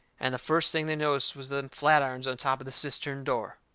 and the first thing they noticed was them flatirons on top of the cistern door.